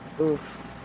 Oof